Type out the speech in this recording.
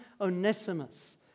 Onesimus